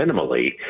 minimally